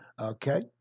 Okay